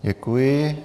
Děkuji.